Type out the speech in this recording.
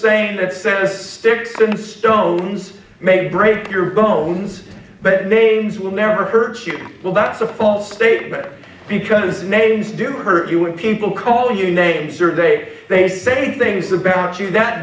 saying that says sticks and stones may break your bones but names will never hurt you well that's a false statement because names do hurt you when people call you names or date they say things are back to you that